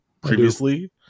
previously